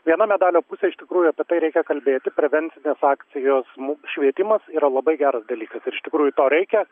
viena medalio pusė iš tikrųjų apie tai reikia kalbėti prevencinės akcijos mū švietimas yra labai geras dalykas ir iš tikrųjų to reikia